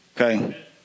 okay